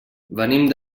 venim